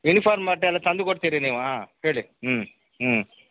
uniform ಬಟ್ಟೆ ಎಲ್ಲ ತಂದು ಕೊಡ್ತಿರಿ ನೀವು ಹಾಂ ಹೇಳಿ ಹ್ಞೂ ಹ್ಞೂ